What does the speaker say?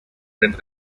red